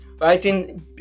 writing